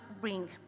bring